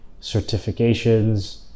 certifications